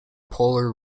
polar